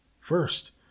First